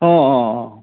অঁ অঁ অঁ